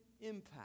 impact